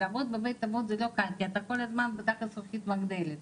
לעבוד בבית אבות זה לא קל כי אתה כל הזמן תחת זכוכית מגדלת,